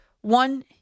One